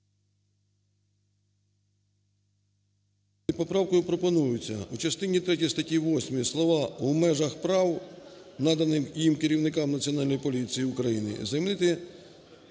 поправкою пропонується у частині третій статі 8 слова "у межах прав, наданим їм керівниками Національної поліції України" замінити